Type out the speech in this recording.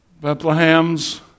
Bethlehem's